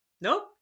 Nope